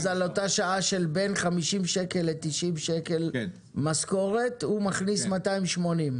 אז על אותה שעה של בין 50 שקל ל-90 שקל משכורת הוא מכניס 280?